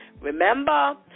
Remember